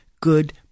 good